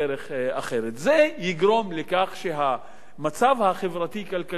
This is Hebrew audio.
זה יגרום לכך שהמצב החברתי-כלכלי באותו יישוב יעלה,